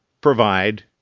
provide